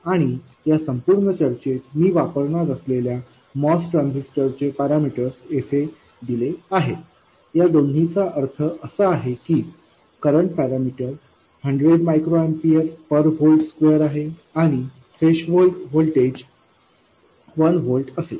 आणि या संपूर्ण चर्चेत मी वापरणार असलेल्या MOS ट्रान्झिस्टर चे पॅरामीटर्स येथे दिले आहेत या दोन्हीचा अर्थ असा आहे की current parameter 100 micro ampere per volt square आहे आणि थ्रेशोल्ड व्होल्टेज 1 व्होल्ट असेल